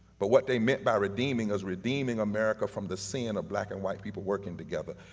but what they meant by redeeming was redeeming america from the sin of black and white people working together.